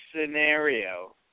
scenario